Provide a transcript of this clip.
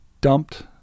dumped